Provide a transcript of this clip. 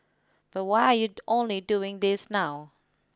but why are you only doing this now